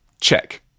Check